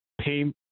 pay